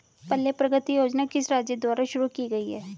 पल्ले प्रगति योजना किस राज्य द्वारा शुरू की गई है?